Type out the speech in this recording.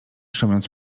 szumiąc